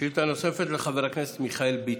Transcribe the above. שאלה נוספת, לחבר הכנסת מיכאל ביטון.